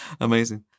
Amazing